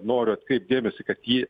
noriu atkreipti dėmesį kad ji